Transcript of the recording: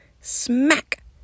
smack